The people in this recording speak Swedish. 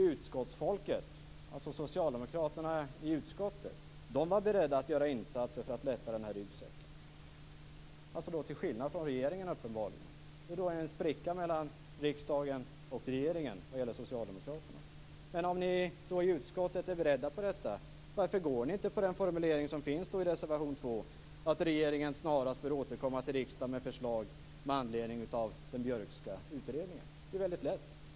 Utskottsfolket, dvs. socialdemokraterna i utskottet, var berett att göra insatser för att lätta den här ryggsäcken - uppenbarligen till skillnad från regeringen. Vi har alltså en spricka mellan riksdagens socialdemokrater och regeringen. Men om ni i utskottet är beredda på detta, varför ställer ni inte upp på den formulering som finns i reservation 2 om att regeringen snarast bör återkomma till riksdagen med förslag med anledning av den Björkska utredningen? Det är väldigt lätt.